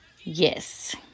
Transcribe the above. Yes